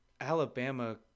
Alabama